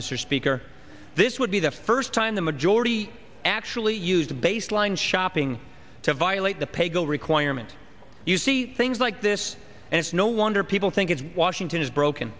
mr speaker this would be the first time the majority actually used a baseline shopping to violate the pay go requirement you see things like this and it's no wonder people think it's washington is broken